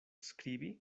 skribi